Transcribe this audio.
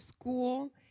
school